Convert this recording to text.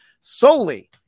solely